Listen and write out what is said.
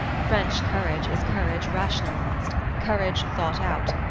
french courage is courage rationalized, courage thought out,